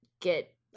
get